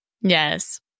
Yes